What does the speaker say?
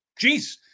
Jeez